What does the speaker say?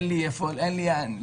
אין לי לאיפה להימלט,